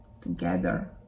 together